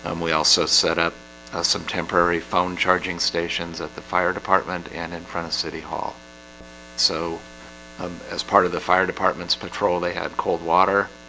um we also set up some temporary phone charging stations at the fire department and in front of city hall so um as part of the fire departments patrol they had cold water.